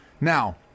Now